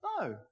No